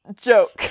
joke